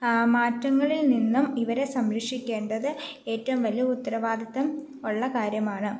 മാറ്റങ്ങളിൽ നിന്നും ഇവരെ സംരക്ഷിക്കേണ്ടത് ഏറ്റവും വലിയ ഉത്തരവാദിത്തം ഉള്ള കാര്യമാണ്